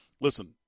listen